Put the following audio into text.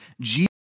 Jesus